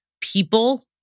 people